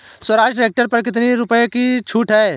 Swaraj tractor पर कितनी रुपये की छूट है?